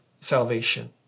salvation